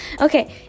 Okay